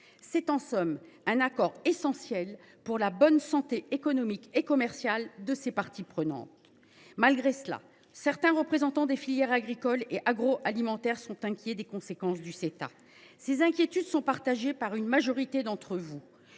C’est, en somme, un accord essentiel pour la bonne santé économique et commerciale de ses parties prenantes. Malgré cela, certains représentants des filières agricoles et agroalimentaires sont inquiets des conséquences du Ceta. Ces inquiétudes sont partagées par une majorité d’entre vous,